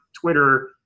Twitter